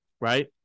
right